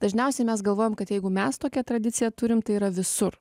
dažniausia mes galvojam kad jeigu mes tokią tradiciją turime tai yra visur